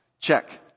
Check